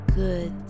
good